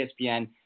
ESPN